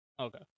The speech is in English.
Okay